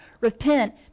repent